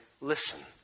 listen